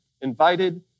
invited